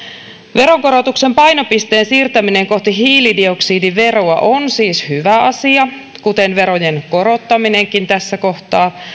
veronkorotuksen painopisteen siirtäminen kohti hiilidioksidiveroa on siis hyvä asia kuten verojen korottaminenkin tässä kohtaa